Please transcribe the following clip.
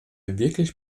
wirklich